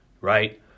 right